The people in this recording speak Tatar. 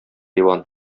иван